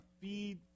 feed